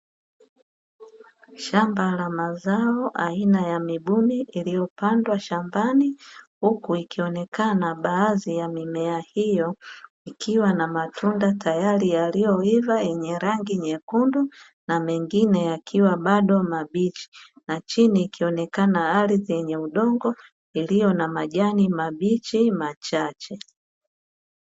Shamba la mazao aina ya mibuni iliyopandwa shambani, huku ikionekana baadhi ya mimea hiyo ikiwa na matunda tayari yaliyoiva yenye rangi nyekundu na mengine yakiwa bado mabichi, na chini ikionekana ardhi yenye udongo iliyo na majani mabichi machache.